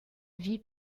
vie